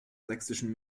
sächsischen